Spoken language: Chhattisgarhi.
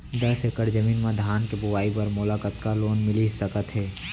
दस एकड़ जमीन मा धान के बुआई बर मोला कतका लोन मिलिस सकत हे?